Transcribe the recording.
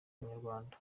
w’umunyarwanda